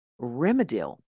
Remedil